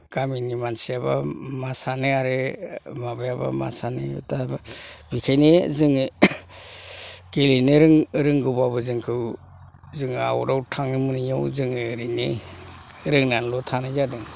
गामिनि मानसियाबा मा सानो आरो माबायाबा मा सानो दाबा बिखायनो जोङो गेलेनो रोंगौबाबो जोंखौ जोङो आउट आव थांनो मोनैयाव जोङो ओरैनो रोंनानैल' थानाय जादों